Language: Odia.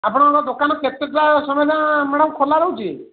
ଆପଣଙ୍କ ଦୋକାନ କେତେଟା ସମୟ ଯାଏଁ ମ୍ୟାଡ଼ାମ୍ ଖୋଲା ରହୁଛି